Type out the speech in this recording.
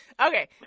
Okay